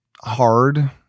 hard